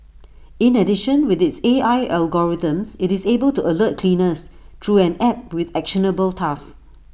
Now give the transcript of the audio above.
in addition with its A I algorithms IT is able to alert cleaners through an app with actionable tasks